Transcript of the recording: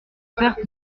certes